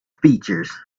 features